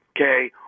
okay